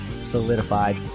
solidified